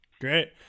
Great